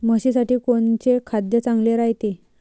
म्हशीसाठी कोनचे खाद्य चांगलं रायते?